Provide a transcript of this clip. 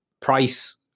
Price